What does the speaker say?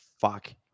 fuck